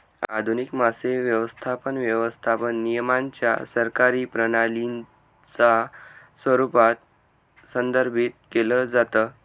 आधुनिक मासे व्यवस्थापन, व्यवस्थापन नियमांच्या सरकारी प्रणालीच्या स्वरूपात संदर्भित केलं जातं